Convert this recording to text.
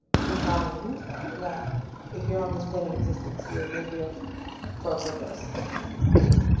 combined. yeah. that if you're on this plane of existence, you're you're here for a purpose yeah.